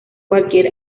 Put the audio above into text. cualquier